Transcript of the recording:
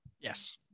Yes